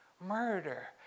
Murder